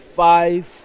five